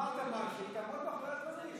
הנושא לוועדה לא נתקבלה.